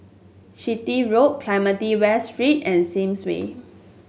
Chitty Road Clementi West Street and Sims Way